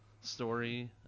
story